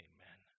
Amen